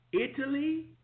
Italy